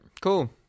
cool